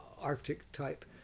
Arctic-type